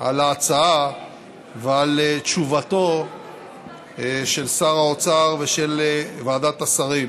על ההצעה ועל תשובתו של שר האוצר ושל ועדת השרים